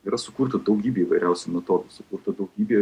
yra sukurta daugybė įvairiausių metodų sukurta daugybė